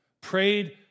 prayed